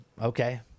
okay